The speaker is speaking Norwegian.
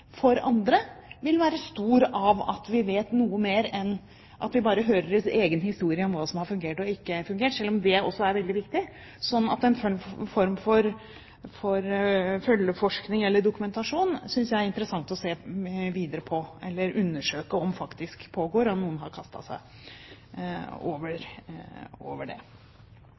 for andre vil være stor av at vi vet noe mer enn at vi bare hører deres egen historie om hva som har fungert og ikke fungert, selv om det også er veldig viktig. Slik at en form for følgeforskning, eller dokumentasjon, syns jeg er interessant å se videre på, undersøke om det faktisk pågår, om noen har kastet seg over det.